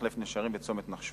מחלף נשרים וצומת נחשון.